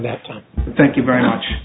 that thank you very much